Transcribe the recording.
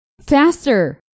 Faster